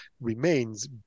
remains